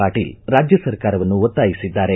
ಪಾಟೀಲ ರಾಜ್ಯ ಸರ್ಕಾರವನ್ನು ಒತ್ತಾಯಿಸಿದ್ದಾರೆ